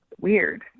weird